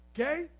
Okay